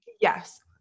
Yes